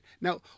Now